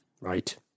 right